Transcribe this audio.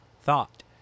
thought